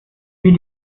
wie